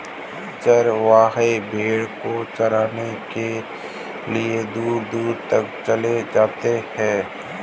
चरवाहे भेड़ को चराने के लिए दूर दूर तक चले जाते हैं